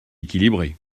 équilibrées